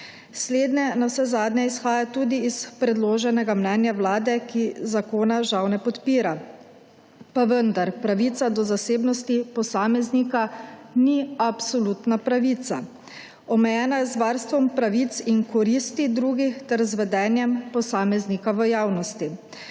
Slednje navsezadnje izhaja tudi iz predloženega mnenja Vlade, ki zakona žal ne podpira. Pa vendar, pravica do zasebnosti posameznika ni absolutna pravica. Omejena je z varstvom pravic in koristi drugih ter z vedenjem posameznika v javnosti.